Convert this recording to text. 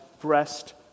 breast